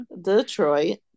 Detroit